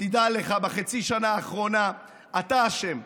תדע לך, בחצי שנה האחרונה אתה אשם,